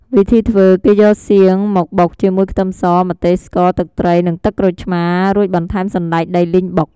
វិធីធ្វើ គេយកសៀងមកបុកជាមួយខ្ទឹមស ម្ទេស ស្ករ ទឹកត្រី និងទឹកក្រូចឆ្មារ រួចបន្ថែមសណ្ដែកដីលីងបុក។